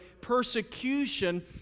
persecution